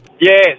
Yes